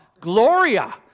Gloria